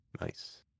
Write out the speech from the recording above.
Nice